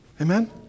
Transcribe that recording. Amen